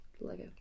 Lego